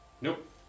Nope